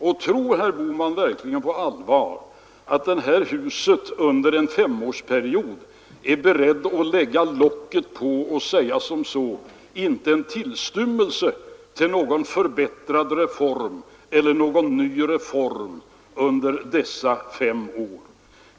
Och tror herr Bohman verkligen på allvar att man i det här huset är beredd att lägga på locket under en femårsperiod och säga: Det blir inte en tillstymmelse till reform under dessa fem år?